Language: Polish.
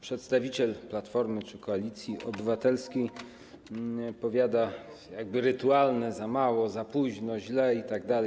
Przedstawiciel Platformy czy Koalicji Obywatelskiej powiada rytualne: za mało, za późno, źle itd.